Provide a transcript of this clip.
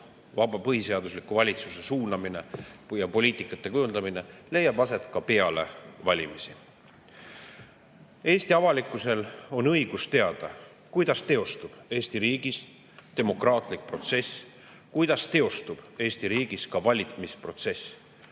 vaba põhiseadusliku valitsuse suunamine ja poliitika kujundamine leiab aset ka peale valimisi. Eesti avalikkusel on õigus teada, kuidas teostub Eesti riigis demokraatlik protsess, kuidas teostub Eesti riigis valitsemisprotsess.